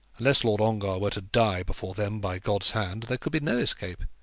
unless lord ongar were to die before then by god's hand, there could be no escape